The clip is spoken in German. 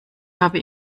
habe